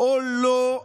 או לא?